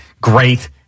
Great